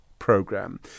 Program